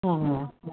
हा